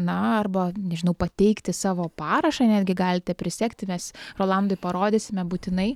na arba nežinau pateikti savo parašą netgi galite prisegti mes rolandui parodysime būtinai